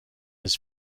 his